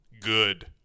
Good